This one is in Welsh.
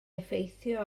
effeithio